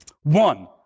One